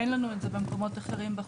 אין לנו את זה במקומות אחרים בחוק,